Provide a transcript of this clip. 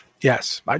Yes